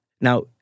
Now